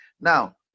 Now